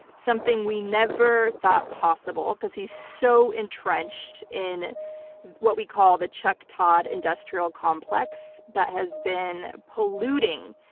something we never thought possible because he's so entrenched in what we call the chuck todd industrial complex that has been polluting